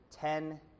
ten